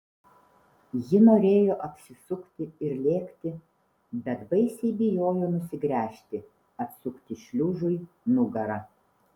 ji norėjo apsisukti ir lėkti bet baisiai bijojo nusigręžti atsukti šliužui nugarą